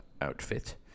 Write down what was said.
outfit